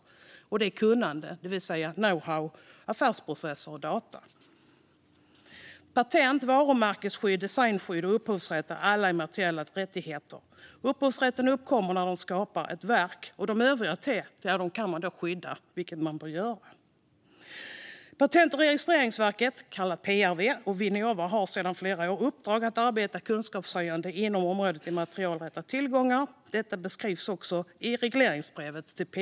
Det handlar om kunnande, det vill säga know-how, affärsprocesser och data. Patent, varumärkesskydd, designskydd och upphovsrätt är alla immateriella rättigheter. Upphovsrätten uppkommer när du skapar ett verk, och de övriga tre kan man skapa skydd för, vilket man bör göra. Patent och registreringsverket, PRV, och Vinnova har sedan flera år i uppdrag att arbeta kunskapshöjande inom området immateriella tillgångar. Detta beskrivs också i regleringsbrevet till PRV.